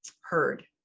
heard